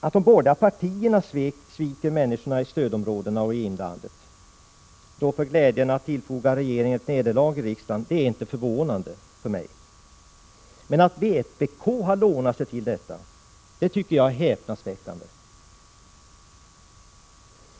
Att de borgerliga partierna sviker människorna i stödområdena och i inlandet för glädjen att tillfoga regeringen ett nederlag i riksdagen förvånar mig inte. Men att vpk har lånat sig till detta tycker jag är häpnadsväckande.